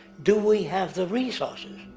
do we have the resources?